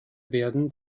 werden